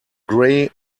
gray